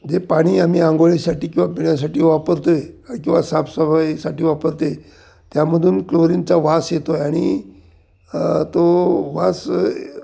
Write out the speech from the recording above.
जे पाणी आम्ही आंघोळीसाठी किंवा पिण्यासाठी वापरतो आहे किंवा साफसफाईसाठी वापरते त्यामधून क्लोरीनचा वास येतो आहे आणि तो वास